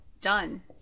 done